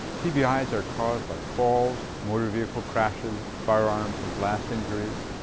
tbis are caused by falls, motor vehicle crashes, firearms and blast injuries.